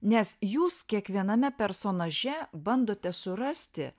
nes jūs kiekviename personaže bandote surasti